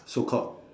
so called